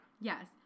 Yes